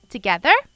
Together